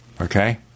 okay